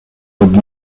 would